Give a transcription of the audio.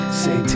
say